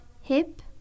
hip